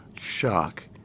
shock